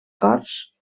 cors